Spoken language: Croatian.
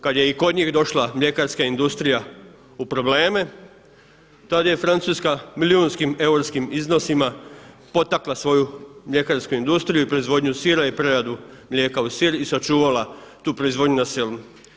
Kad je i kod njih došla mljekarska industrija u probleme, tad je Francuska milijunskim eurskim iznosima potakla svoju mljekarsku industriju i proizvodnju sira i preradu mlijeka u sir i sačuvala tu proizvodnju na selu.